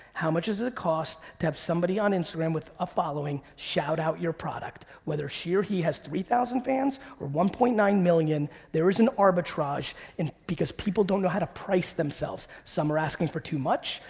how much does it cost to have somebody on instagram with a following shout out your product? whether she or he has three thousand fans or one point nine million, there is an arbitrage and because people don't know how to price themselves. some are asking for too much.